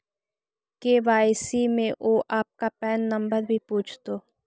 KYC में वो आपका पैन नंबर भी पूछतो